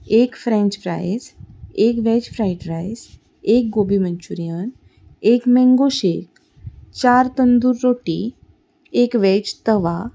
एक french fries एक gobi manchurian एक मँगो शेक चार तंदूर रोटी एक वेज तवा